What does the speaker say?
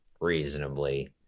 reasonably